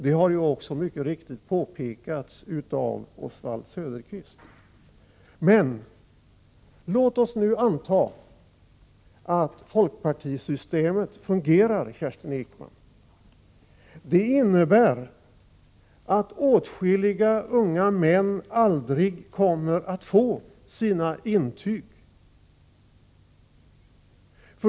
Det har också mycket riktigt påpekats av Oswald Söderqvist. Men låt oss nu anta att folkpartisystemet fungerar, Kerstin Ekman. Det innebär att åtskilliga unga män aldrig kommer att få sina intyg.